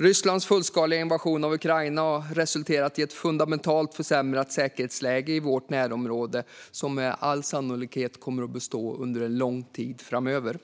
Rysslands fullskaliga invasion av Ukraina har resulterat i ett fundamentalt försämrat säkerhetsläge i vårt närområde som med all sannolikhet kommer att bestå under lång tid framöver.